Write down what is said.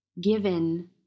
given